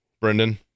Brendan